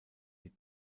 die